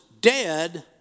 dead